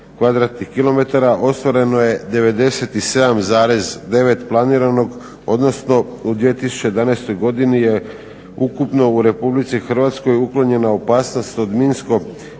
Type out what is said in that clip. kvadratnih kilometara. Ostvareno je 97,9 planiranog, odnosno u 2011. godini je ukupno u Republici Hrvatskoj uklonjena opasnost od